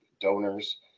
donors